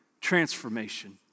transformation